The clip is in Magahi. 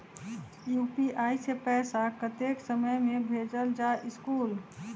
यू.पी.आई से पैसा कतेक समय मे भेजल जा स्कूल?